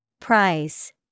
Price